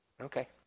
Okay